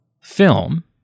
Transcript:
film